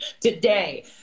today